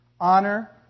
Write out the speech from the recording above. Honor